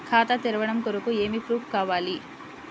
ఖాతా తెరవడం కొరకు ఏమి ప్రూఫ్లు కావాలి?